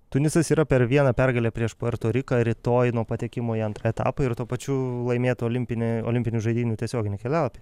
tunisas yra per vieną pergalę prieš puerto riką rytoj nuo patekimo į antrą etapą ir tuo pačiu laimėt olimpinį olimpinių žaidynių tiesioginį kelialapį